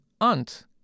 aunt